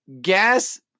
gas